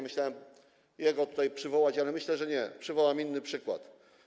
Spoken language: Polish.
Myślałem jego tutaj przywołać, ale nie, przywołam inny przykład.